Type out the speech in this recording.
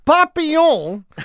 Papillon